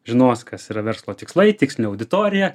žinos kas yra verslo tikslai tikslinė auditorija